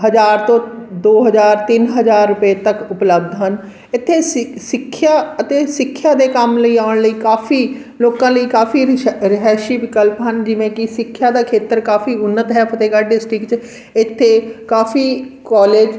ਹਜ਼ਾਰ ਤੋਂ ਦੋ ਹਜ਼ਾਰ ਤਿੰਨ ਹਜ਼ਾਰ ਰੁਪਏ ਤੱਕ ਉਪਲਬਧ ਹਨ ਇੱਥੇ ਸਿ ਸਿੱਖਿਆ ਅਤੇ ਸਿੱਖਿਆ ਦੇ ਕੰਮ ਲਈ ਆਉਣ ਲਈ ਕਾਫੀ ਲੋਕਾਂ ਲਈ ਕਾਫੀ ਰਿਸਾ ਰਿਹਾਇਸ਼ੀ ਵਿਕਲਪ ਹਨ ਜਿਵੇਂ ਕਿ ਸਿੱਖਿਆ ਦਾ ਖੇਤਰ ਕਾਫੀ ਉੱਨਤ ਹੈ ਫਤਿਹਗੜ੍ਹ ਡਿਸਟ੍ਰਿਕ 'ਚ ਇੱਥੇ ਕਾਫੀ ਕੋਲਜ